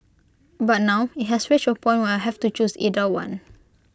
but now IT has reached A point where I have to choose either one